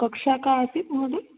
कक्षा का आसीत् महोदय